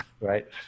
right